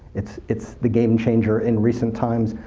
it's it's the game changer, in recent times,